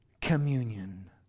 communion